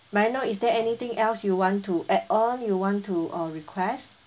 may I know is there anything else you want to add on you want to err request